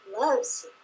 loves